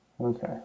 Okay